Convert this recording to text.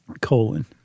Colon